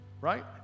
right